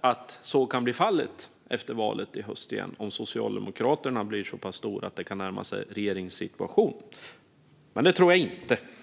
att så tyvärr kan bli fallet igen efter valet i höst om Socialdemokraterna blir så pass stora att det kan närma sig en regeringssituation. Så tror jag dock inte att det blir.